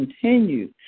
continue